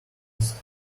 east